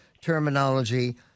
terminology